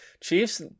Chiefs